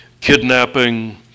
kidnapping